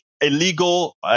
illegal